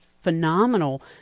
phenomenal